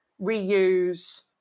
reuse